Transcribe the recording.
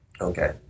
okay